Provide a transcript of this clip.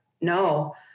no